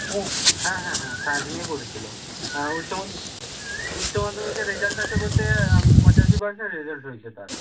ও হ্যাঁ হ্যাঁ হ্যাঁ সায়েন্স নিয়ে পড়েছিলো হ্যাঁ উচ্চমাধ্য উচ্চমাধ্যমিকের রেজাল্ট আছে বলতে পঁচাশি পার্সেন্ট রেজাল্ট হয়েছে তার